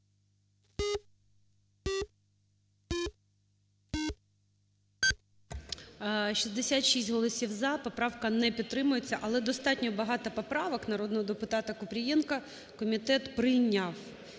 13:36:02 За-66 Поправка не підтримується. Але достатньо багато поправок народного депутатаКупрієнка комітет прийняв